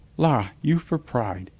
la, you for pride!